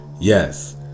Yes